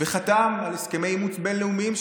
וחתם על הסכמי אימוץ בין-לאומיים,